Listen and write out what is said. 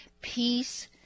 peace